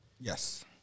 Yes